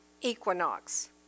equinox